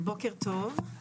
בוקר טוב,